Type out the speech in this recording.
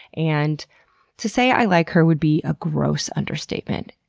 and to say i like her would be a gross understatement.